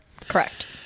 Correct